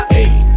ayy